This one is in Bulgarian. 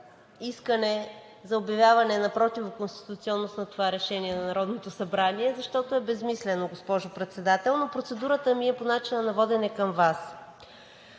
искане за обявяване на противоконституционност на това решение на Народното събрание, защото е безсмислено, госпожо Председател, но процедурата ми е по начина на водене към Вас.